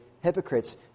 hypocrites